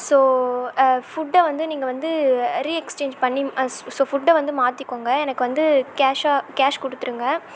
so ஃபுட்டை வந்து நீங்கள் வந்து ரீ எக்ஸ்சேஞ்ச் பண்ணி ஸோ ஃபுட்டை வந்து மாற்றிக்கோங்க எனக்கு வந்து கேஷாக கேஷ் கொடுத்துருங்க